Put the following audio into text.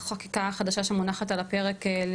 שהחקיקה החדשה שמונחת על הפרק,